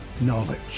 knowledge